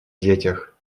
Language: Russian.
детях